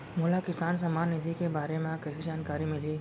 मोला किसान सम्मान निधि के बारे म कइसे जानकारी मिलही?